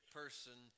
person